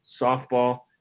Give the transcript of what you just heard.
softball